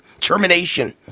termination